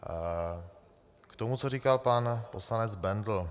K tomu, co říkal pan poslanec Bendl.